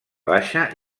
baixa